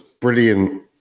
brilliant